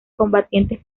combatientes